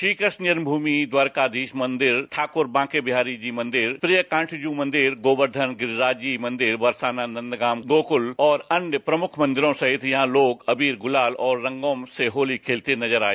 श्री कृष्ण जन्मभूमि द्वारकाधीश मंदिर ठाकुर बांकेबिहारीजी मंदिर प्रिय कांटजू मंदिर गोवर्धन गिरिराज जी मंदिर बरसाना नंदगांव गोकुल और अन्य प्रमुख मंदिरों सहित यहां लोग अबीर गुलाल और रंगों से होती खेलते नजर आए